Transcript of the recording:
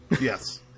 Yes